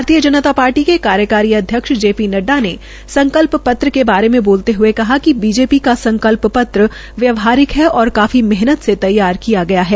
भारतीय जनता पार्टी के कार्यकारी अध्यक्ष जे पी नड़डा ने संकल्प पत्र के बारे में बोलते हये कहा कि बीजेपी का संकल्प पत्र व्यावहारिक है और काफी मेहनत से तैयार किया गया है